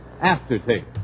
aftertaste